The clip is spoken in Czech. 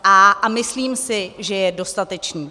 A a myslím si, že je dostatečný.